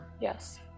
Yes